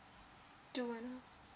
do one